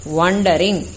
wondering